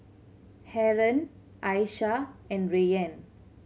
Haron Aishah and Rayyan